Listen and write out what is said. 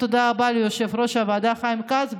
תודה רבה ליושב-ראש הוועדה חיים כץ,